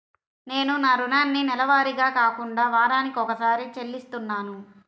నేను నా రుణాన్ని నెలవారీగా కాకుండా వారానికోసారి చెల్లిస్తున్నాను